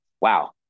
Wow